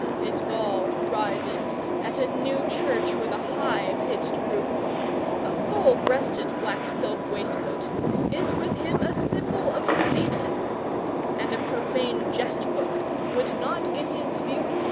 his gall rises at a new church with a high pitched roof a full-breasted black silk waistcoat is with him a symbol of satan and a profane jest-book would not, in his view,